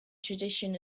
tradition